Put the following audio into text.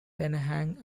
penang